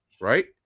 right